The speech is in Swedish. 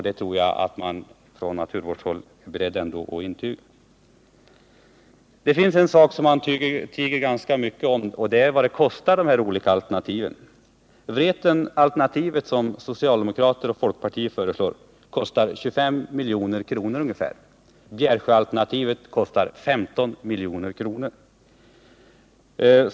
Det tror jag att man från naturvårdshåll också är beredd att intyga. En sak som man tiger mycket om är vad de olika alternativen kostar. Vretenalternativet, som socialdemokrater och folkpartister föreslår, kostar ungefär 25 milj.kr. Bjärsjöalternativet kostar 15 milj.kr.